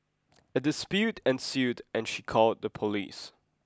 a dispute ensued and she called the police